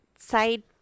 Side